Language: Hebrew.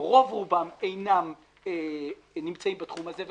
שרוב רובם אינם נמצאים בתחום הזה.